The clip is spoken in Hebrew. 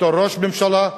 אותו ראש ממשלה,